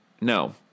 No